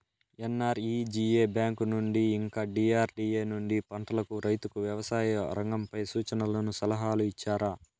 NREGA bank నుండి ఇంకా DRDA నుండి పంటలకు రైతుకు వ్యవసాయ రంగంపై సూచనలను సలహాలు ఇచ్చారా